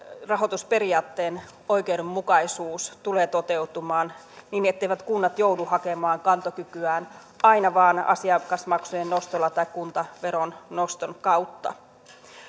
rahoitusperiaatteen oikeudenmukaisuus tulee toteutumaan niin etteivät kunnat joudu hakemaan kantokykyään aina vain asiakasmaksujen nostolla tai kuntaveron noston kautta